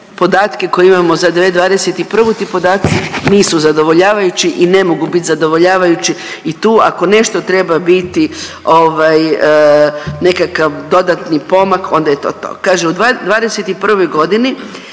podatke koje imamo za 2021. ti podaci nisu zadovoljavajući i ne mogu biti zadovoljavajući i tu ako nešto treba biti ovaj nekakav dodatni pomak onda je to to. Kaže u '21. godini